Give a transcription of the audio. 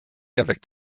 avec